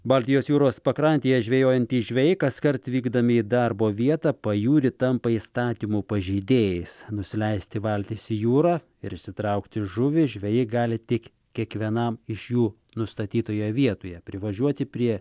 baltijos jūros pakrantėje žvejojantys žvejai kaskart vykdami į darbo vietą pajūry tampa įstatymų pažeidėjais nusileisti valtis į jūrą ir išsitraukti žuvį žvejai gali tik kiekvienam iš jų nustatytoje vietoje privažiuoti prie